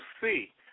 see